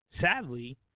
Sadly